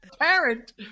parent